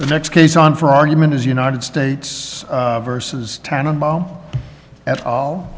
the next case on for argument is united states versus tannenbaum at all